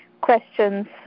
questions